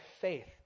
faith